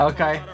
Okay